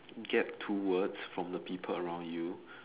get towards from the people around you